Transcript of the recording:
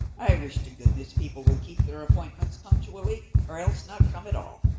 i wish to goodness people would keep their appointments punctually, or else not come at all.